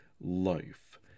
life